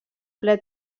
ple